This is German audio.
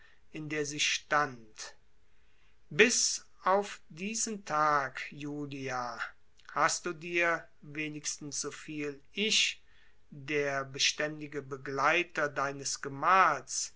in der sie stand bis auf diesen tag julia hast du dir wenigstens so viel ich der beständige begleiter deines gemahls